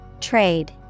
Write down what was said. Trade